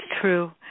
true